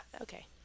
Okay